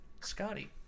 Scotty